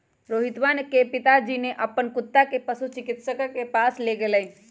रोहितवा के पिताजी ने अपन कुत्ता के पशु चिकित्सक के पास लेगय लय